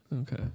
Okay